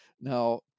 Now